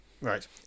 Right